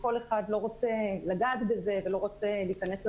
וכל אחד לא רוצה לגעת בזה ולא רוצה להיכנס לסוגיה.